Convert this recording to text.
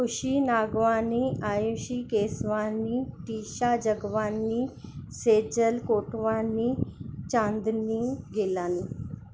खुशी नागवानी आयुषी केसवानी टीशा जगवानी सेजल कोटवानी चांदनी गेलानी